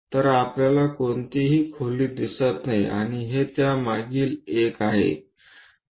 तर आपल्याला कोणतीही खोली दिसत नाही आणि हे त्यामागील एक आहे